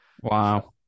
wow